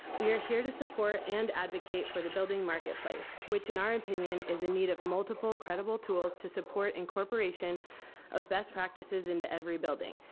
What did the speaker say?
we are here to support and advocate for the building marketplace, which in our opinion is in need of multiple credible tools to support incorporation of best practices into every building.